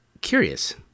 curious